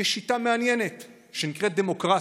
יש שיטה מעניינת שנקראת דמוקרטיה,